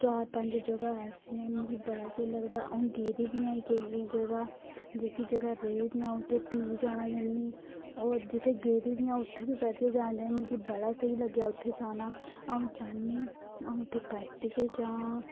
चार पंज जगह ऐसियां ना मिगी बड़ा स्हेई लगदा अ'ऊं गेदी बी हां केई केंई जगह जेहकी जगह रेई गेदियां उत्थै फ्ही जाना चाह्न्नीं और जित्थै बी गेदी बी आं उत्थै बी परतियै जाना मिगी बड़ा स्हेई लगदा उत्ते जाना आंऊ चाहिनी उत्थे परतिये जां